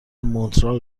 مونترال